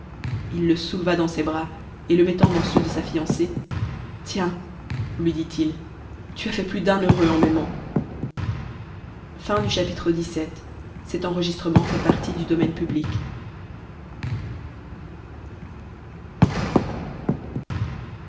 il le souleva dans ses bras et le mettant dans ceux de sa fiancée tiens lui dit-il tu as fait plus d'un heureux en m'aimant